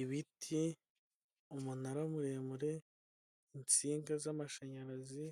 Ibiti, umunara muremure, insinga z'amashanyarazi,